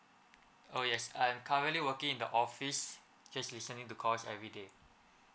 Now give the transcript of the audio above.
oh yes I'm currently working in the office just listening to calls everyday